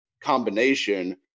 combination